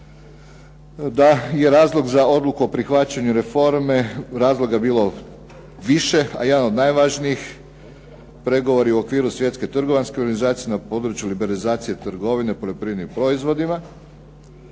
da je razlog o odluci za prihvaćenje reforme razloga bilo više, a jedan od najvažnijih pregovori u okviru Svjetske trgovinske organizacije na području liberizacije trgovine poljoprivrednim proizvodima